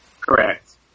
Correct